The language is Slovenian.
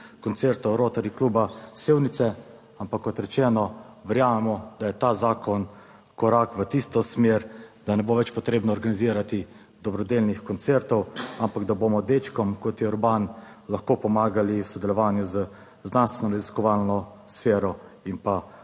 koncertov Rotary kluba Sevnice, ampak kot rečeno, verjamemo, da je ta zakon korak v tisto smer, da ne bo več potrebno organizirati dobrodelnih koncertov, ampak da bomo dečkom kot je Urban lahko pomagali v sodelovanju z znanstveno raziskovalno sfero in pa